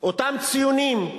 אותם ציונים,